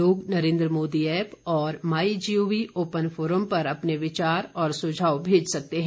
लोग नरेन्द्र मोदी ऐप और my G O V open forum पर अपने विचार और सुझाव भेज सकते हैं